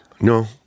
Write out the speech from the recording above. No